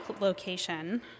location